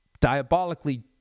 diabolically